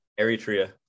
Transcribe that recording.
eritrea